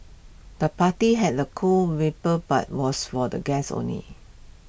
the party had A cool vibe but was for the guests only